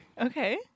Okay